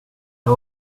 jag